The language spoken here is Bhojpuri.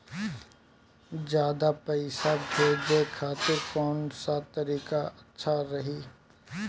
ज्यादा पईसा भेजे खातिर कौन सा तरीका अच्छा रही?